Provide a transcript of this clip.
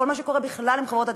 לכל מה שקורה בכלל עם חברות התקשורת.